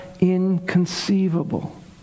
inconceivable